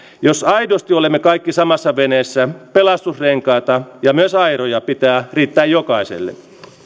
jos aidosti olemme kaikki samassa veneessä pelastusrenkaita ja myös airoja pitää riittää jokaiselle